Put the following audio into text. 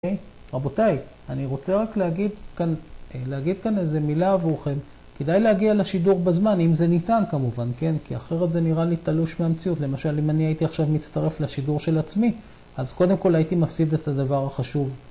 רבותיי, אני רוצה רק להגיד כאן, להגיד כאן איזה מילה עבורכם. כדאי להגיע לשידור בזמן, אם זה ניתן כמובן, כן? כי אחרת זה נראה לי תלוש מהמציאות. למשל, אם אני הייתי עכשיו מצטרף לשידור של עצמי, אז קודם כל הייתי מפסיד את הדבר החשוב.